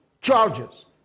charges